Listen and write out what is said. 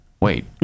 Wait